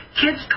Kids